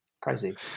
crazy